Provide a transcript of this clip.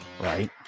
right